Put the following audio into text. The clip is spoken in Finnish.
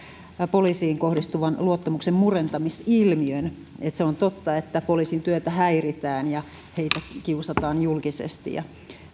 poliisiin kohdistuvan luottamuksenmurentamisilmiön se on totta että poliisin työtä häiritään ja heitä kiusataan julkisesti ja